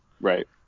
right